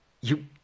You-